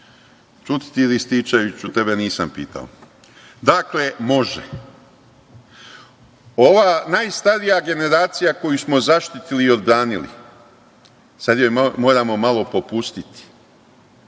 Ćuti ti, Rističeviću, tebe nisam pitao. Dakle, može. Ova najstarija generacija koju smo zaštitili i odbranili, sad joj moramo malo popustiti,